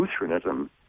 Lutheranism